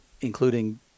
including